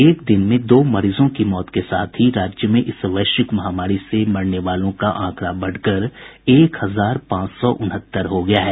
एक दिन में दो मरीजों के मौत के साथ ही राज्य में इस वैश्विक महामारी से मरने वालों का आंकड़ा बढ़कर एक हजार पांच सौ उनहत्तर हो गया है